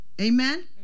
Amen